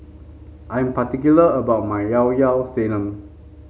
I am particular about my Llao Llao Sanum